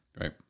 right